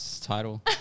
title